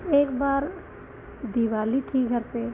एक बार दिवाली थी घर पे